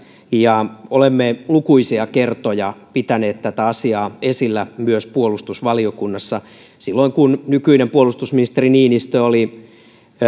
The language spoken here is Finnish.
ja olemme lukuisia kertoja pitäneet tätä asiaa esillä myös puolustusvaliokunnassa silloin kun nykyinen puolustusministeri niinistö oli